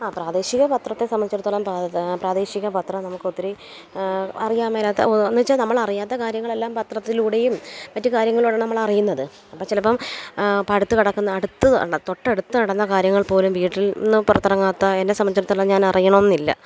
ആ പ്രാദേശിക പത്രത്തെ സംബന്ധിച്ചെടുത്തോളം പ്രാദേശിക പത്രം നമുക്കൊത്തിരി അറിയാൻ മേലാത്ത എന്ന് വെച്ചാൽ നമ്മളറിയാത്ത കാര്യങ്ങളെല്ലാം പത്രത്തിലൂടെയും മറ്റ് കാര്യങ്ങളിലൂടെയാണ് നമ്മളറിയുന്നത് അപ്പം ചിലപ്പം ഇപ്പുറത്ത് കിടക്കുന്ന അടുത്ത് ഉള്ള തൊട്ടടുത്ത് നടന്ന കാര്യങ്ങൾ പോലും വീട്ടിൽ നിന്ന് പുറത്തിറങ്ങാത്ത എന്നെ സംബന്ധിച്ചെടുത്തോളം ഞാനറിയണം എന്നില്ല